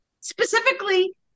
specifically